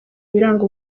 biranga